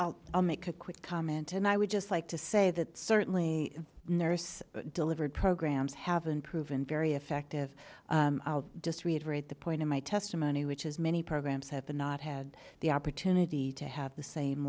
with i'll make a quick comment and i would just like to say that certainly nurse delivered programs have been proven very effective i'll just reiterate the point of my testimony which is many programs have been not had the opportunity to have the same